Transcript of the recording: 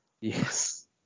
Yes